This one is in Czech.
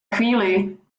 chvíli